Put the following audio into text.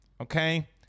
Okay